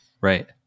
right